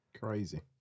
Crazy